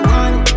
one